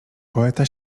poeta